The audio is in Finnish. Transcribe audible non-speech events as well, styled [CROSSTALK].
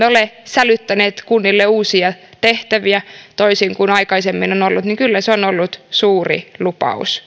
[UNINTELLIGIBLE] ole sälyttäneet kunnille uusia tehtäviä toisin kuin aikaisemmin on ollut on ollut suuri lupaus [UNINTELLIGIBLE]